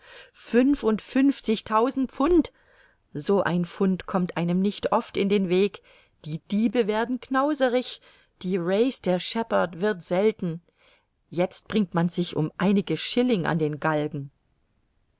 voll begeisterung fünfundfünfzigtausend pfund so ein fund kommt einem nicht oft in den weg die diebe werden knauserig die race der sheppard wird selten jetzt bringt man sich um einige shilling an den galgen